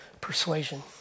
persuasion